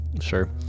sure